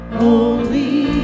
holy